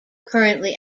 currently